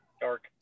Dark